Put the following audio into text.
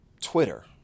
Twitter